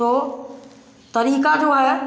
तो तरीका जो है